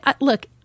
Look